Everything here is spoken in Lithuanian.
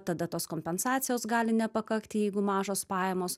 tada tos kompensacijos gali nepakakti jeigu mažos pajamos